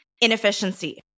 Inefficiency